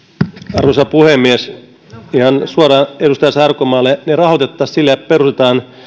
arvoisa puhemies ihan suoraan edustaja sarkomaalle ne rahoitettaisiin sillä että peruutetaan